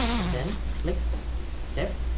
and then click safe